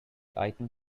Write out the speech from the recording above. item